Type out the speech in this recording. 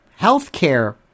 healthcare